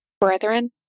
brethren